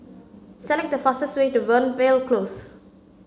select the fastest way to Fernvale Close